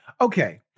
Okay